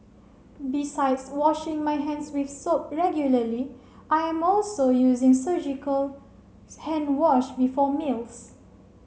besides washing my hands with soap regularly I am also using surgical hand wash before meals